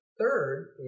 Third